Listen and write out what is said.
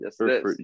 yes